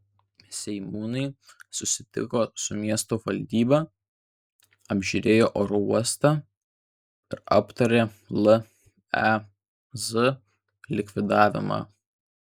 seimūnai susitiko su miesto valdyba apžiūrėjo oro uostą aptarė lez likvidavimą